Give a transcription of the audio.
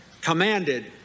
commanded